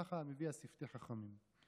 כך מביא "שפתי חכמים".